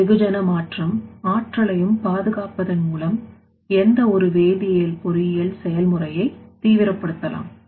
இந்த வெகுஜன மற்றும் ஆற்றலையும் பாதுகாப்பதன் மூலம் எந்த ஒரு வேதியியல் பொறியியல் செயல்முறையை தீவிரப்படுத்தலாம்